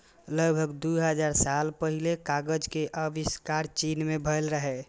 लगभग दू हजार साल पहिने कागज के आविष्कार चीन मे भेल रहै